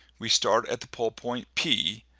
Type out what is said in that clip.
we start at the pole point, p,